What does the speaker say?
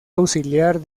auxiliar